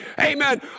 Amen